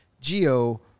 Geo